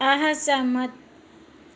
ऐ सैह्मत